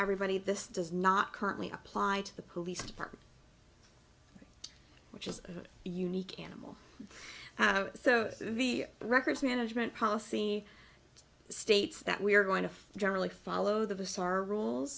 everybody this does not currently apply to the police department which is a unique animal so the records management policy states that we are going to generally follow the bizarre rules